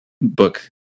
book